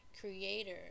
creator